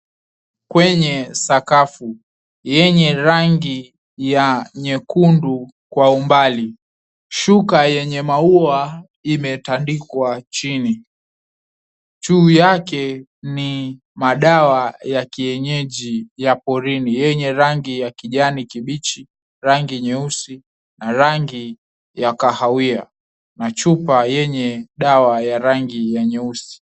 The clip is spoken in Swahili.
kwenye sakafu yenye rangi ya nyekundu kwa umbali. Shuka yenye maua imetandikwa chini. juu yake ni madawa ya kienyeji ya porini yenye rangi ya kijani kibichi, rangi nyeusi na rangi ya kahawia na chupa yenye dawa ya rangi ya nyeusi.